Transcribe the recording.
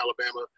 Alabama